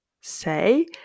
say